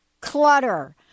clutter